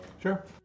Sure